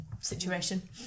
situation